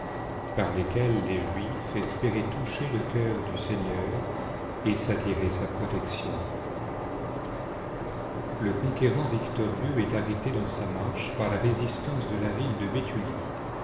par lesquelles les juifs espéraient toucher le cœur du seigneur et s'attirer sa protection le conquérant victorieux est arrêté dans sa marche par la résistance de la ville de béthulie